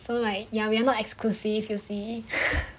so like ya we are not exclusive you see